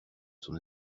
son